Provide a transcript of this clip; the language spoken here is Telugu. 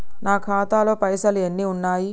నా ఖాతాలో పైసలు ఎన్ని ఉన్నాయి?